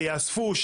שיאספו,